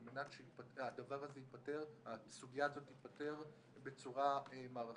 על מנת שהסוגיה הזאת תיפתר בצורה מערכתית